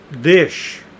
dish